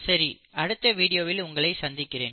சரி அடுத்த வீடியோவில் உங்களை சந்திக்கிறேன்